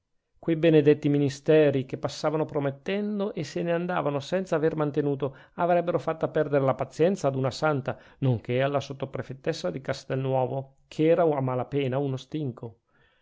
quei benedetti ministeri che passavano promettendo e se n'andavano senza aver mantenuto avrebbero fatta perdere la pazienza ad una santa nonchè alla sottoprefettessa di castelnuovo che era a mala pena uno stinco